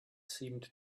seemed